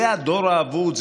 זה הדור האבוד,